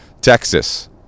Texas